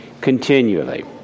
continually